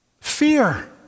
fear